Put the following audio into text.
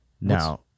Now